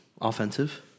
offensive